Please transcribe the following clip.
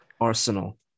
arsenal